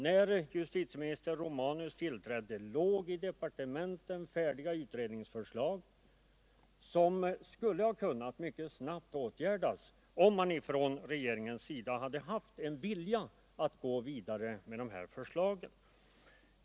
När justitieminister Romanus tillträdde låg i departementet färdiga utredningsförslag, som mycket snabbt skulle ha kunnat åtgärdas, om regeringen haft en vilja att gå vidare med dem.